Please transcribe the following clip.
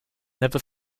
never